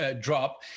drop